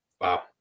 Wow